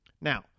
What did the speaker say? Now